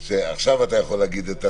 עכשיו אתה יכול להגיד את התודה.